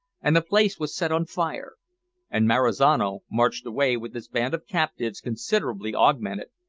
and the place was set on fire and marizano marched away with his band of captives considerably augmented,